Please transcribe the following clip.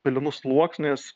pelenų sluoksnis